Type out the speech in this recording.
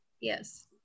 Yes